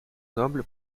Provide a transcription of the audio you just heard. noble